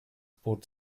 bot